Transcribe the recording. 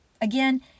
Again